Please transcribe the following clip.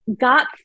got